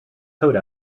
code